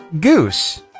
goose